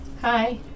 Hi